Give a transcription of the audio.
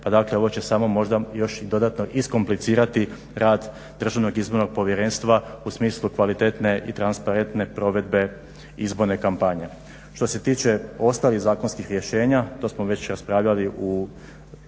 Dakle ovo će samo možda još i dodatno iskomplicirati rad državnog izbornog povjerenstva u smislu kvalitetne i transparentne provedbe izborne kompanije. Što se tiče ostalih zakonskih rješenja to smo već raspravljali u